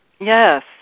Yes